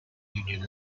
union